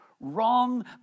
wrong